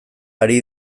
ari